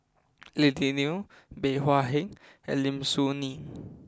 Lily Neo Bey Hua Heng and Lim Soo Ngee